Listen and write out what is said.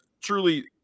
Truly